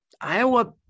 Iowa